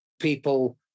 people